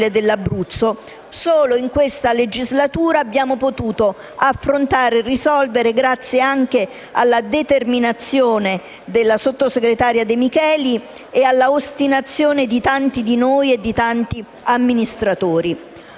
solo in questa legislatura abbiamo potuto affrontare e risolvere, grazie anche alla determinazione della sottosegretaria De Micheli e all'ostinazione di tanti di noi e di tanti amministratori.